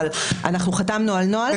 אבל חתמנו על נוהל.